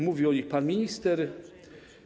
Mówił o nich pan minister.